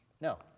No